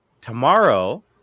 tomorrow